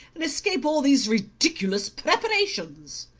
and escape all these ridiculous preparations?